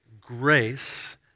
grace